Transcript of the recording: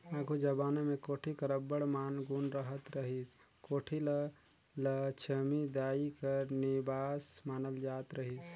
आघु जबाना मे कोठी कर अब्बड़ मान गुन रहत रहिस, कोठी ल लछमी दाई कर निबास मानल जात रहिस